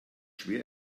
schwer